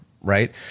right